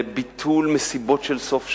ולביטול מסיבות של סוף שנה,